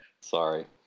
Sorry